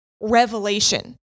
revelation